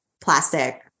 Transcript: plastic